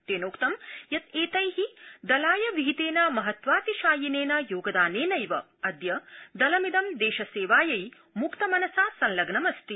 तेनोक्तं यत् एतै दलाय विहितेन महत्त्वातिशायिनेन योगदानेनैवाद्य दलमिदं देशसेवायै म्क्तमनसा संलग्नमस्ति